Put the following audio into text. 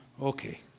okay